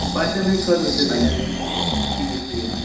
بَچَن ہٕنٛدِ خٲطرٕ تہِ بَنٮ۪ن یِم ٹھیٖک ٹھیٖک